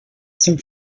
some